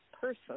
person